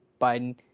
Biden